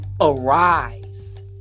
arise